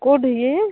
କେଉଁଠିକି